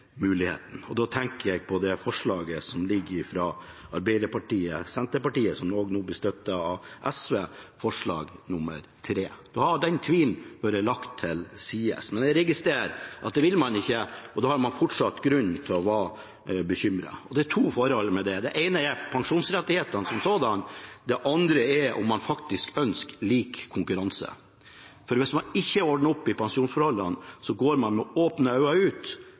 muligheten. Da tenker jeg på det forslaget som ligger i innstillingen fra Arbeiderpartiet og Senterpartiet, som nå også blir støttet av SV, forslag nr. 3. Da hadde den tvilen blitt lagt til side. Men jeg registrerer at det vil man ikke, og da har man fortsatt grunn til å være bekymret. Det er to forhold knyttet til dette: Det ene er pensjonsrettighetene som sådan, og det andre er om man faktisk ønsker lik konkurranse. For hvis man ikke ordner opp i pensjonsforholdene, går man faktisk med åpne øyne ut